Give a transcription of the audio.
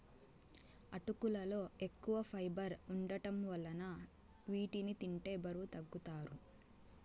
అటుకులలో ఎక్కువ ఫైబర్ వుండటం వలన వీటిని తింటే బరువు తగ్గుతారు